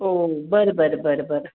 ओ बरं बरं बरं बरं